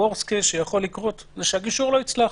ה-worst case שיכול לקרות הוא שהגישור לא יצלח